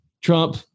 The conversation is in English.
Trump